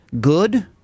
good